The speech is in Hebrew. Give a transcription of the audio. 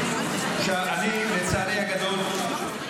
לצערי הגדול,